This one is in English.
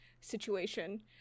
situation